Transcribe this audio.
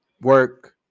work